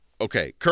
Okay